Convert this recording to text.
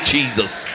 Jesus